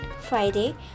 Friday